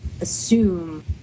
assume